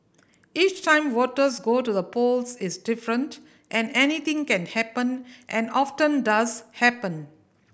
each time voters go to the polls is different and anything can happen and often does happen